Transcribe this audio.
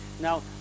now